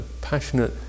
Passionate